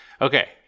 Okay